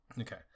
Okay